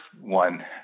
one